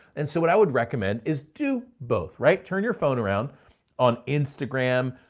and so what i would recommend is do both, right? turn your phone around on instagram,